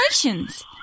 Congratulations